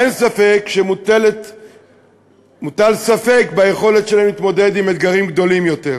אין ספק שמוטל ספק ביכולת שלהן להתמודד עם אתגרים גדולים יותר.